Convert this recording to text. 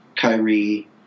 Kyrie